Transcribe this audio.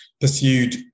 pursued